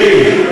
מירי,